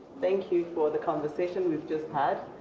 thank you for the conversation we have just had.